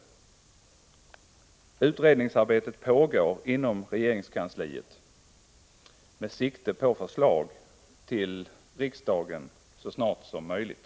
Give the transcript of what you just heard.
Utredningsarbetet pågår inom regeringskansliet med sikte på förslag till riksdagen så snart som möjligt.